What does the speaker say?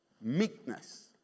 meekness